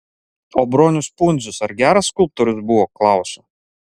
o bronius pundzius ar geras skulptorius buvo klausiu